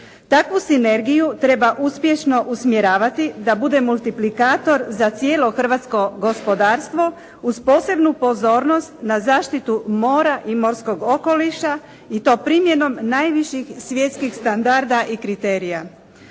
Takvu sinergiju treba uspješno usmjeravati da bude multiplikator za cijelo hrvatsko gospodarstvo uz posebnu pozornost na zaštitu mora i morskog okoliša i to primjenom najviših svjetskih standarda i kriterija.